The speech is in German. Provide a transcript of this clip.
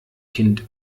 kind